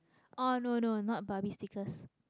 oh no no not barbie stickers